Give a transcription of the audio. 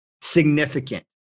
significant